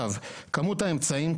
כמות האמצעים,